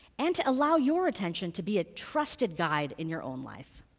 and to allow your attention to be a trusted guide in your own life.